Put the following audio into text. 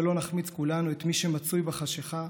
שלא נחמיץ כולנו את מי שמצוי בחשכה,